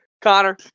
Connor